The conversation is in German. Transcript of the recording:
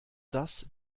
das